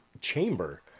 chamber